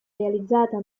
realizzata